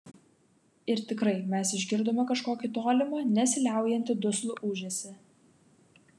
ir tikrai mes išgirdome kažkokį tolimą nesiliaujantį duslų ūžesį